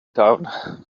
town